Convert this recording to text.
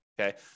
okay